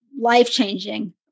life-changing